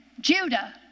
Judah